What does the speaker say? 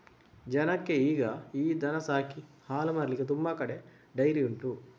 ಜನಕ್ಕೆ ಈಗ ಈ ದನ ಸಾಕಿ ಹಾಲು ಮಾರ್ಲಿಕ್ಕೆ ತುಂಬಾ ಕಡೆ ಡೈರಿ ಉಂಟು